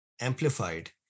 amplified